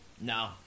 No